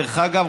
דרך אגב,